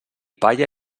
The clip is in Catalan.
palla